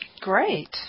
Great